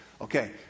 okay